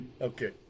Okay